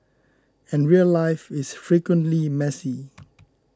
and real life is frequently messy